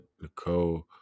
Nicole